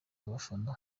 abafana